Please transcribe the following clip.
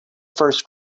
first